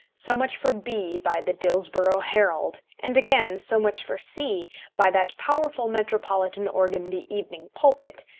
so much for b by the dillsborough herald, and, again, so much for c by that powerful metropolitan organ the evening pulpit,